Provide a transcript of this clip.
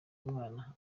umwana